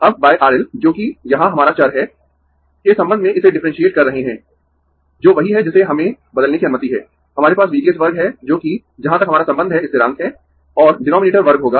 अब R L जो कि यहाँ हमारा चर है के संबंध में इसे डिफ्रेंसिऐट कर रहे है जो वही है जिसे हमें बदलने की अनुमति है हमारे पास V t h वर्ग है जो कि जहां तक हमारा संबंध है स्थिरांक है और डीनोमिनेटर वर्ग होगा